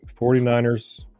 49ers